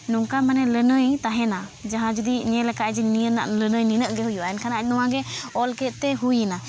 ᱱᱚᱝᱠᱟ ᱢᱟᱱᱮ ᱞᱟᱹᱱᱟᱹᱭ ᱛᱟᱦᱮᱱᱟ ᱡᱟᱦᱟᱸ ᱡᱩᱫᱤ ᱧᱮᱞ ᱟᱠᱟᱫᱟᱭ ᱡᱮ ᱱᱤᱭᱟᱹ ᱨᱮᱱᱟᱜ ᱞᱟᱹᱱᱟᱹᱭ ᱱᱤᱱᱟᱹᱜ ᱜᱮ ᱦᱩᱭᱜᱼᱟ ᱮᱱᱠᱷᱟᱱ ᱟᱡ ᱱᱚᱣᱟ ᱜᱮ ᱚᱞ ᱠᱮᱫᱛᱮ ᱦᱩᱭᱱᱟ